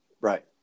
Right